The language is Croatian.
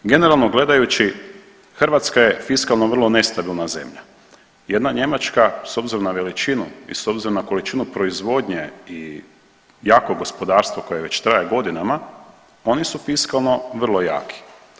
Generalno gledajući Hrvatska je fiskalno vrlo nestabilna zemlja, jedna Njemačka s obzirom na veličinu i s obzirom na količinu proizvodnje i jako gospodarstvo koje traje već godinama oni su fiskalno vrlo jaki.